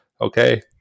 okay